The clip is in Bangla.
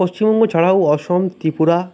পশ্চিমবঙ্গ ছাড়াও অসম ত্রিপুরা